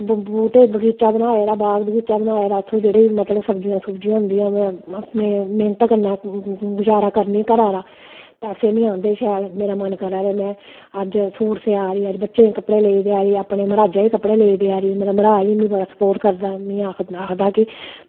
में बूह्टे बाग बगीचा बनाये दा जेह्ड़ी मतलब सब्ज़ी होंदियां न मैह्नत करनी गुजारा करनी घरा दा अस आह्नदे दे घर बड़ा मन करा दा ऐ मे अपने कपड़े लेई दिया दी अपने मरहाजै ई कपड़े लेई दिया दी मेरे घरै आह्ला मिगी स्पोर्च करदा ते आक्खदा की